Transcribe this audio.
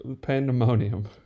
Pandemonium